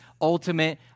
ultimate